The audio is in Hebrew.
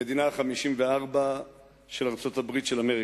המדינה ה-54 של ארצות-הברית של אמריקה.